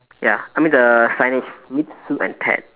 ya I mean the signage meet sue and ted